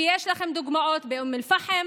ויש לכם דוגמאות מאום אל-פחם,